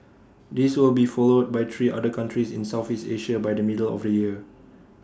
this will be followed by three other countries in Southeast Asia by the middle of the year